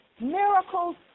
Miracles